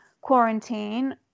quarantine